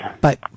Bye